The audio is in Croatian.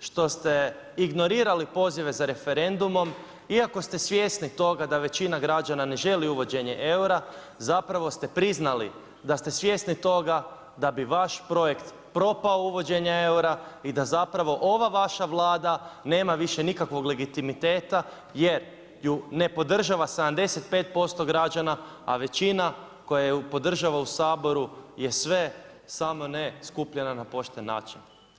što ste ignorirali pozive za referendumom iako ste svjesni toga da većina građana ne želi uvođenje eura zapravo ste priznali da ste svjesni toga da bi vaš projekt propao uvođenje eura i da zapravo ova vaša Vlada nema više nikakvog legitimiteta jer ju ne podržava 75% građana a većina koja ju podržava u Saboru je sve samo ne skupljena na pošten način.